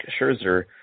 Scherzer